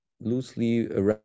loosely